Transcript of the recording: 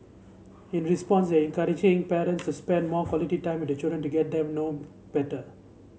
in response encouraging parents to spend more quality time with their children to get them know better